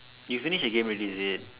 you finish the game already is it